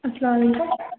السلامُ علیکم